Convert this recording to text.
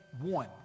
one